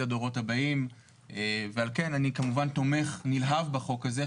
הדורות הבאים ועל כן אני כמובן תומך נלהב בחוק הזה.